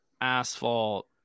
Asphalt